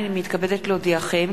הנני מתכבדת להודיעכם,